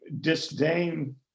disdain